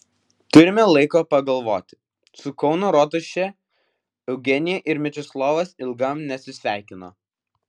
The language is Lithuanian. turime laiko pagalvoti su kauno rotuše eugenija ir mečislovas ilgam neatsisveikino